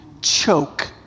choke